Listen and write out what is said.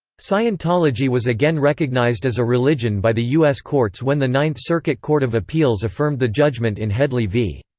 scientology was again recognized as a religion by the u s. courts when the ninth circuit court of appeals affirmed the judgment in headley v.